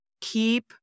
keep